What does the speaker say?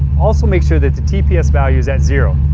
also, make sure that the tps value is at zero.